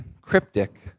cryptic